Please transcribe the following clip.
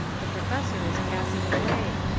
the professor is passing away.